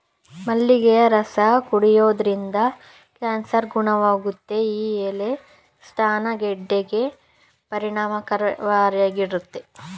ಮಲ್ಲಿಗೆಯ ರಸ ಕುಡಿಯೋದ್ರಿಂದ ಕ್ಯಾನ್ಸರ್ ಗುಣವಾಗುತ್ತೆ ಈ ಎಲೆ ಸ್ತನ ಗೆಡ್ಡೆಗೆ ಪರಿಣಾಮಕಾರಿಯಾಗಯ್ತೆ